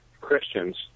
Christians